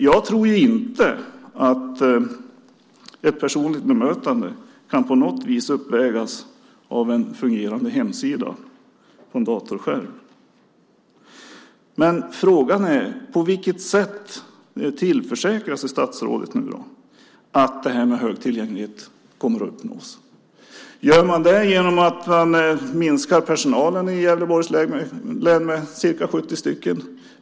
Jag tror inte att ett personligt bemötande på något vis kan ersättas av en fungerande hemsida på en datorskärm. Frågan är på vilket sätt statsrådet tillförsäkrar sig att hög tillgänglighet kommer att uppnås. Gör man det genom att minska personalstyrkan i Gävleborgs län med ca 70 stycken?